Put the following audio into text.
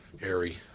Harry